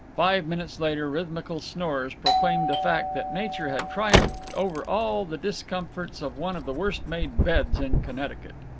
five minutes later rhythmical snores proclaimed the fact that nature had triumphed over all the discomforts of one of the worst-made beds in connecticut.